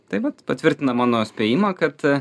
tai vat patvirtina mano spėjimą kad